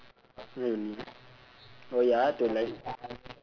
really oh ya to like